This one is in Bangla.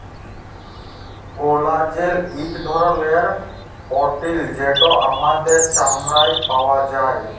কোলাজেল ইক ধরলের পরটিল যেট আমাদের চামড়ায় পাউয়া যায়